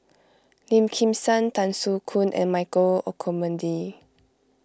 Lim Kim San Tan Soo Khoon and Michael Olcomendy